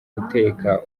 guteka